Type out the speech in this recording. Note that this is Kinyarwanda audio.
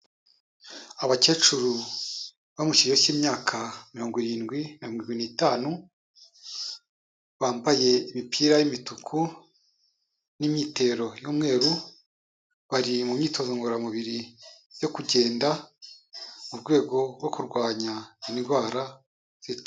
Abakecuru bo mu kigero cy'imyaka mirongo irindwi na mirongo irindwi n'itanu, bambaye imipira y'imituku n'imyitero y'umweru, bari mu myitozo ngororamubiri yo kugenda, mu rwego rwo kurwanya indwara zita...